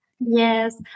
Yes